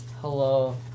Hello